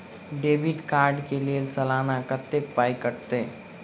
Debit card कऽ लेल सलाना कत्तेक पाई कटतै?